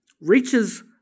reaches